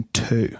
two